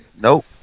nope